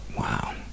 Wow